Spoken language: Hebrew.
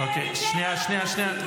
איפה הייתם?